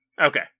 Okay